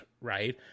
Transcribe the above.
right